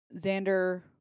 Xander